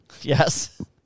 Yes